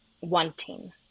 wanting